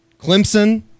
Clemson